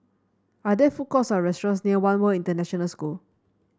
are there food courts or restaurants near One World International School